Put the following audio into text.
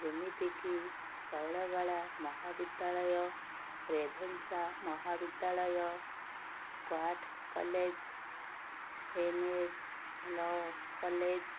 ଯେମିତି କି ଶୈଳବାଳା ମହାବିଦ୍ୟାଳୟ ରେଭେନ୍ସା ମହାବିଦ୍ୟାଳୟ ସ୍କ୍ୱାଟ୍ college M S law college